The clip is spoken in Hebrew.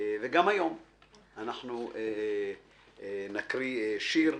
וגם היום נקרא שיר.